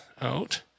out